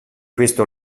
questo